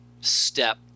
step